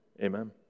Amen